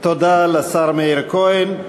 תודה לשר מאיר כהן.